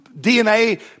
DNA